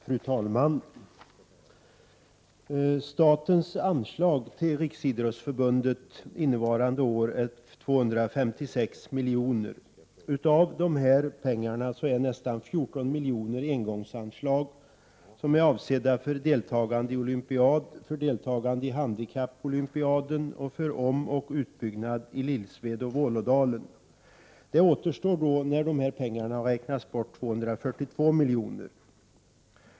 Fru talman! Statens anslag till Riksidrottsförbundet för innevarande år uppgår till 256 milj.kr. Av dessa pengar är nästan 14 milj.kr. engångsanslag som är avsedda för deltagande i olympiaden, handikappolympiaden samt för omoch utbyggnad av Lillsved och Vålådalen. När dessa pengar avräknats återstår det 242 milj.kr.